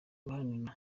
guharira